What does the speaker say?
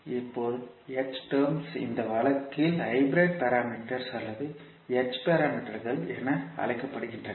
இப்போது h terms இந்த வழக்கில் ஹைபிரிட் பாராமீட்டர்கள் அல்லது h பாராமீட்டர்கள் என அழைக்கப்படுகின்றன